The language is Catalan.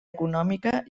econòmica